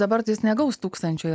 dabar jis negaus tūkstančio į